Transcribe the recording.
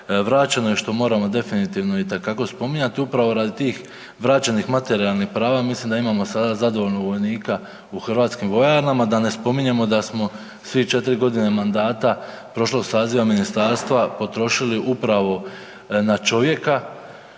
vraćeno i što moramo definitivno itekako spominjati, upravo radi tih vraćenih materijalnih prava mislim da imamo sada zadovoljnog vojnika u hrvatskim vojarnama, da ne spominjemo da smo svih četiri godine mandata prošlog Saziva Ministarstva potrošili upravo na čovjeka